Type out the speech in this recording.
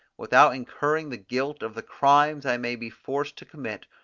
without incurring the guilt of the crimes i may be forced to commit,